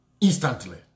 instantly